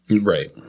Right